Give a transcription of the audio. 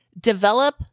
develop